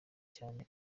cyane